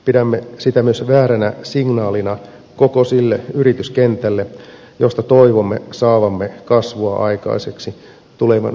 pidämme sitä myös vääränä signaalina koko sille yrityskentälle jolta toivomme saavamme kasvua aikaiseksi tulevinakin vuosina